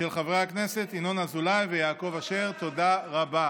תודה רבה.